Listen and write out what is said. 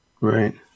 Right